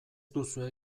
duzue